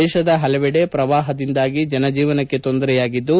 ದೇಶದ ಹಲವೆಡೆ ಪ್ರವಾಹದಿಂದಾಗಿ ಜನಜೀವನಕ್ಕೆ ತೊಂದರೆಯಾಗಿದ್ದು